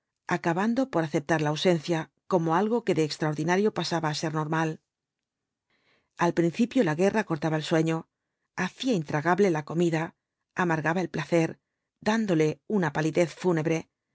acabando por aceptar la ausencia como algo que de extraordinario pasaba á ser normal al principio la guerra cortaba el sueño hacía intragable la comida amargaba el placer dándole una palidez fúnebre